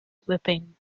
whipping